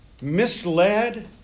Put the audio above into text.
misled